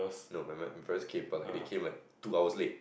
no my my parents came but they came like two hours late